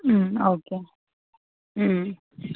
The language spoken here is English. okay